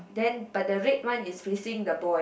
then but the red one is facing the boy